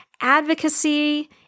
advocacy